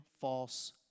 false